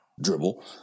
dribble